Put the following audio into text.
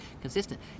consistent